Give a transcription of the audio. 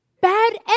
Bad